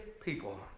people